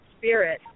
spirit